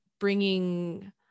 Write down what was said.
bringing